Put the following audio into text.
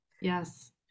yes